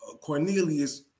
Cornelius